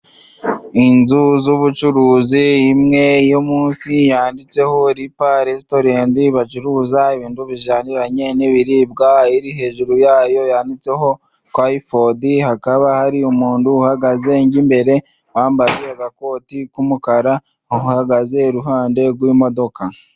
Inzu z'ubucuruzi, imwe yo musi yanditseho lipa resitorenti bacuruza ibintu bijyaniranye n'ibiribwa ,iri hejuru yayo yanditseho twayifodi hakaba hari umuntu uhagaze nk' imbere wambaye agakoti k'umukara uhagaze iruhande rw'imodoka.